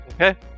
Okay